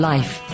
Life